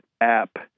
app